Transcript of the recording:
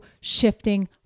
shifting